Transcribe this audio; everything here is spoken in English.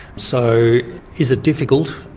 so is it difficult?